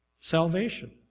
Salvation